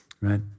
right